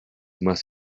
más